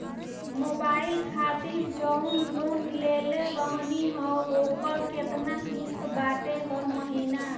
Mobile खातिर जाऊन loan लेले रहनी ह ओकर केतना किश्त बाटे हर महिना?